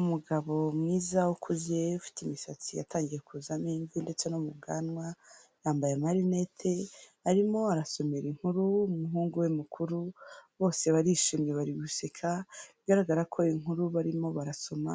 Umugabo mwiza ukuze ufite imisatsi yatangiye kuzamo imvi ndetse no mu bwanwa, yambaye amarinete, arimo arasomera inkuru umuhungu we mukuru, bose barishimye bari guseka, bigaragara ko inkuru barimo barasoma